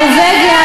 נורבגיה,